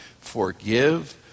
forgive